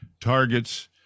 targets